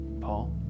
Paul